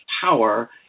power